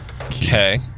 Okay